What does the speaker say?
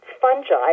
fungi